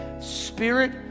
Spirit